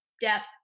depth